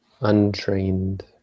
untrained